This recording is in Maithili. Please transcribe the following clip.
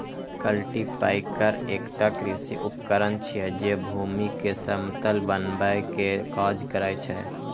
कल्टीपैकर एकटा कृषि उपकरण छियै, जे भूमि कें समतल बनबै के काज करै छै